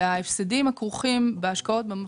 ההפסדים הכרוכים בהשקעות האלה,